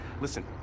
Listen